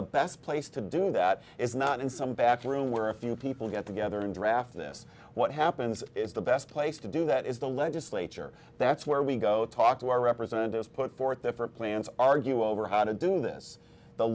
the best place to do that is not in some back room where a few people get together and draft this what happens is the best place to do that is the legislature that's where we go talk to our representatives put forth different plans argue over how to do this the